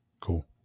Cool